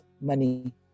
money